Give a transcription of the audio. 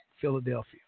Philadelphia